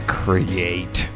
create